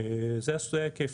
זה ההיקף.